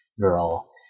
girl